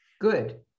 Good